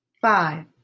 five